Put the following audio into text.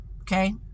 okay